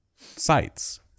sites